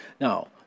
Now